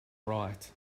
right